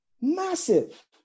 Massive